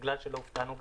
בגלל שלא הופתענו,